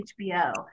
HBO